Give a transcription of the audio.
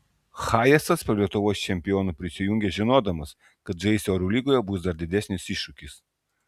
hayesas prie lietuvos čempionų prisijungė žinodamas kad žaisti eurolygoje bus dar didesnis iššūkis